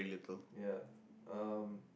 yeah um